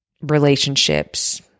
relationships